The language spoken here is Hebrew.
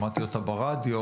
שמעתי אותה ברדיו,